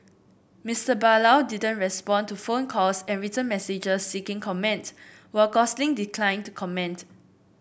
Mister Barlow didn't respond to phone calls and written messages seeking comment while Gosling declined to comment